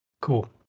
Cool